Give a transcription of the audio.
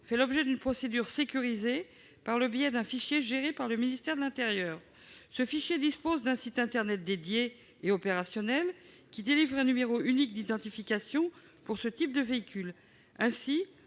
fait l'objet d'une procédure sécurisée grâce à un fichier géré par le ministère de l'intérieur. Ce fichier dispose d'un site internet dédié et opérationnel, qui délivre un numéro unique d'identification pour ce type de véhicules. Ainsi,